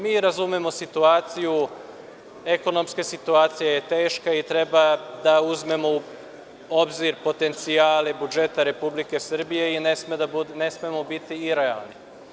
Mi razumemo situaciju, ekonomska situacija je teška i treba da uzmemo u obzir potencijale budžeta Republike Srbije i ne smemo biti irealni.